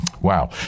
Wow